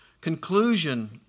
conclusion